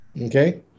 Okay